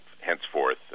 Henceforth